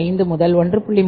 5 முதல் 1